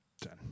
ten